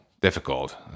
difficult